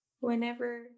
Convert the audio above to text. whenever